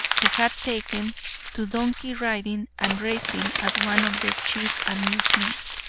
who had taken to donkey-riding and racing as one of their chief amusements.